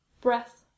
Breath